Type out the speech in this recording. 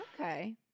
Okay